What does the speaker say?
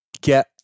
get